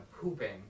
pooping